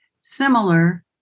similar